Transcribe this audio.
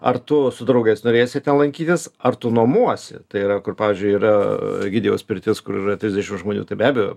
ar tu su draugais norėsi ten lankytis ar tu nuomuosi tai yra kur pavyzdžiui yra egidijaus pirtis kur yra trisdešim žmonių tai be abejo